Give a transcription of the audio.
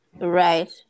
right